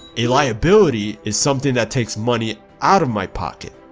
a liability is something that takes money out of my pocket.